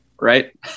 Right